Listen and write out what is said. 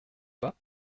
pas